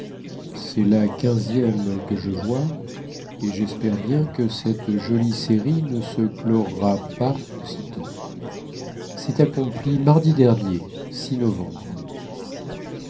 cest la quinzième que je vois et jespère bien que cette jolie série ne se clora pas de sitôt sest accomplie mardi dernier